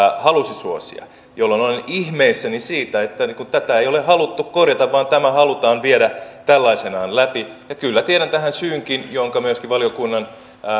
halusi suosia jolloin olen ihmeissäni siitä että tätä ei ole haluttu korjata vaan tämä halutaan viedä tällaisenaan läpi ja kyllä tiedän tähän syynkin jonka myöskin valiokunnan